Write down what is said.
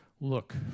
Look